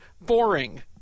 boring